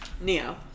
Neo